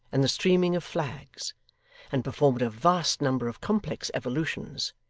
and the streaming of flags and performed a vast number of complex evolutions,